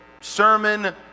sermon